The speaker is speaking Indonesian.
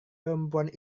perempuan